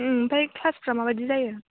ओमफ्राय क्लासफ्रा माबायदि जायो